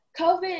COVID